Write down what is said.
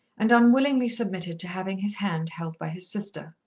and unwillingly submitted to having his hand held by his sister.